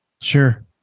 Sure